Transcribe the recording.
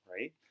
right